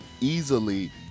easily